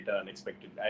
unexpected